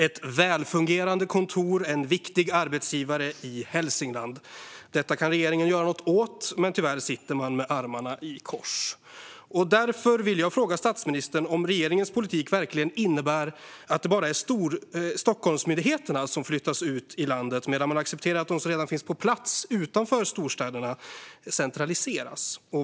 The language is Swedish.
Det är ett välfungerande kontor och en viktig arbetsgivare i Hälsingland. Detta kan regeringen göra något åt, men tyvärr sitter man med armarna i kors. Därför vill jag fråga statsministern om regeringens politik verkligen innebär att det bara är Stockholmsmyndigheterna som ska flyttas ut i landet, medan man accepterar att de som redan finns på plats utanför storstäderna centraliseras.